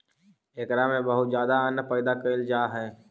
एकरा में बहुत ज्यादा अन्न पैदा कैल जा हइ